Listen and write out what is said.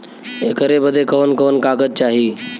ऐकर बदे कवन कवन कागज चाही?